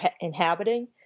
inhabiting